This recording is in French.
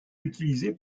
utilisée